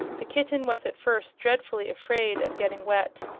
the kitten was at first dreadfully afraid of getting wet,